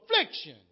affliction